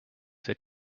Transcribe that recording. that